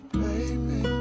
baby